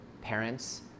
Parents